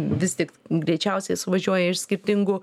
vis tik greičiausiai suvažiuoja iš skirtingų